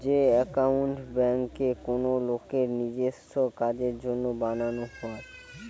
যে একাউন্ট বেঙ্কে কোনো লোকের নিজেস্য কাজের জন্য বানানো হয়